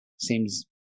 seems